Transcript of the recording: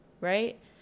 right